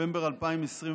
בנובמבר 2021